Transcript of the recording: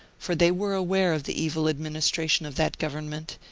for they were aware of the evil administration of that government,